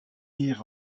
ier